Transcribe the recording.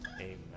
amen